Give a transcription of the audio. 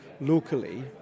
locally